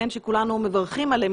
שכולנו מברכים עליהם,